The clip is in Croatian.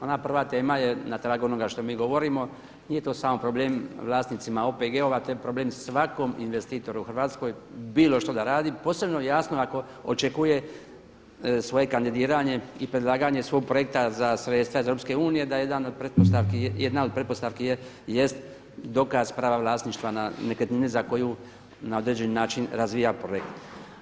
Ona prva tema je na tragu onoga što mi govorimo, nije to samo problem vlasnicima OPG-ova, to je problem svakom investitoru u Hrvatskoj bilo što da radi, posebno jasno ako očekuje svoje kandidiranje i predlaganje svog projekta za sredstva iz EU da jedna od pretpostavki jest dokaz prava vlasništva na nekretnine za koju na određeni način razvija projekt.